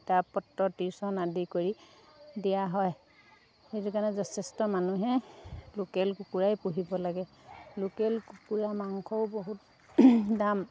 কিতাপ পত্ৰ টিউশ্যন আদি কৰি দিয়া হয় সেইটো কাৰণে যথেষ্ট মানুহে লোকেল কুকুৰাই পুহিব লাগে লোকেল কুকুৰা মাংসও বহুত দাম